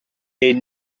est